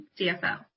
CFO